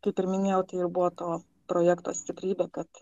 kaip ir minėjau tai ir buvo to projekto stiprybė kad